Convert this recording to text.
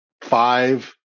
five